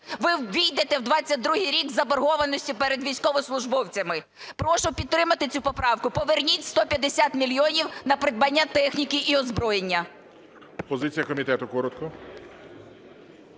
Ви ввійдете в 22-й рік з заборгованістю перед військовослужбовцями. Прошу підтримати цю поправку. Поверніть 150 мільйонів на придбання техніки і озброєння.